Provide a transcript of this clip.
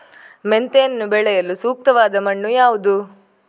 ಮೆಂತೆಯನ್ನು ಬೆಳೆಯಲು ಸೂಕ್ತವಾದ ಮಣ್ಣು ಯಾವುದು?